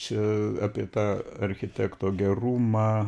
čia apie tą architekto gerumą